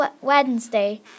Wednesday